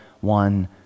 one